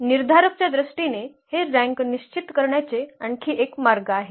निर्धारक च्या दृष्टीने हे रँक निश्चित करण्याचे आणखी एक मार्ग आहे